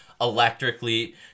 electrically